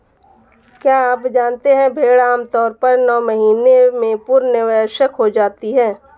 क्या आप जानते है भेड़ आमतौर पर नौ महीने में पूर्ण वयस्क हो जाती है?